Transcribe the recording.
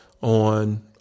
on